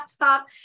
laptop